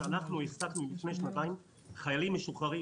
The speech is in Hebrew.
שאנחנו העסקנו לפני שנתיים חיילים משוחררים